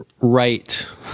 right